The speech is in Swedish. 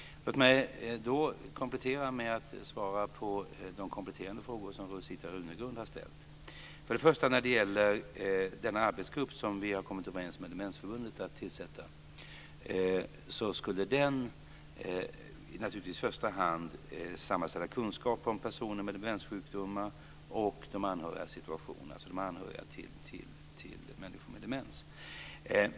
Låt mig då få svara på de kompletterande frågor som Rosita Runegrund har ställt. Först och främst har vi den arbetsgrupp vi har kommit överens med Demensförbundet om att tillsätta. Den ska i första hand sammanställa kunskaper om personer med demenssjukdomar och om situationen för anhöriga till personer med demens.